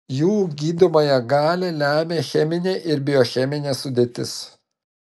jų gydomąją galią lemia cheminė ir biocheminė sudėtis